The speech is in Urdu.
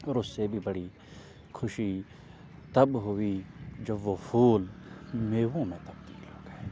اور اس سے بھی بڑی خوشی تب ہوئی جب وہ پھول میووں میں تبدیل ہو گئے